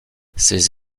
ces